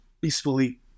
peacefully